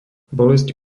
bolesť